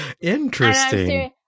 Interesting